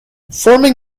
forming